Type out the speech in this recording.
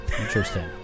Interesting